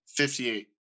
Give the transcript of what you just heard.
58